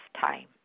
time